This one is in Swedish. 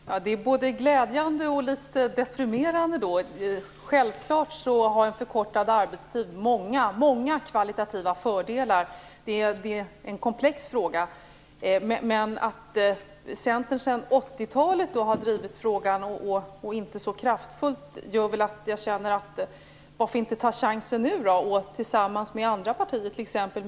Herr talman! Detta är både glädjande och litet deprimerande. Självklart har en förkortad arbetstid många kvalitativa fördelar. Det är en komplex fråga. Men att Centern sedan 80-talet har drivit frågan, och inte så kraftfullt, gör att jag vill fråga: Varför inte ta chansen nu och tillsammans med andra partier, t.ex.